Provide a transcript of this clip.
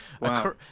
Wow